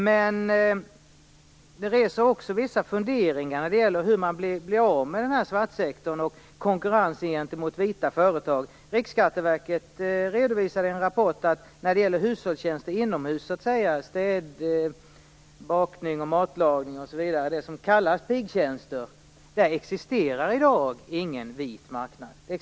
Men det reser också vissa funderingar över hur man blir av med svartsektorn och konkurrensen gentemot vita företag. Riksskatteverket redovisade i en rapport att det i dag inte existerar någon vit marknad för hushållstjänster inomhus, som bakning och matlagning, s.k. pigtjänster. Det existerar inga sådana företag.